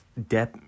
Depp